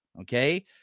okay